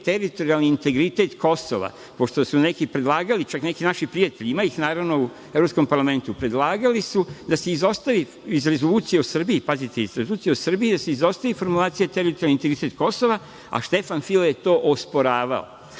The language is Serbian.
teritorijalni integritet Kosova, pošto su neki predlagali, čak neki naši prijatelji, ima ih, naravno, u Evropskom parlamentu, predlagali su da se izostavi iz rezolucije o Srbiji formulacija – teritorijalni integritet Kosova, a Štefan File je to osporavao. Dakle,